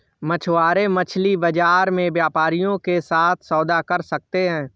मछुआरे मछली बाजार में व्यापारियों के साथ सौदा कर सकते हैं